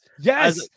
yes